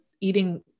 eating